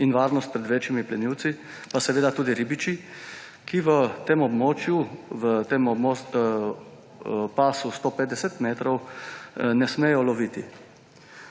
in varnost pred večjimi plenilci pa tudi ribiči, ki v tem območju, pasu 150 metrov, ne smejo loviti.